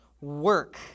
work